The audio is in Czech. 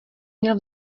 měl